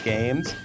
Games